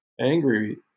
angry